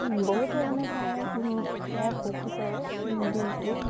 বহুতে মানে সেই সেয়া ফূৰ্তি কৰে দিনটো